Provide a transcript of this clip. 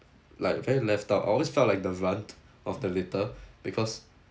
like very left out I always felt like the runt of the litter because